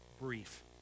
brief